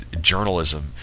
journalism